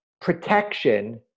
protection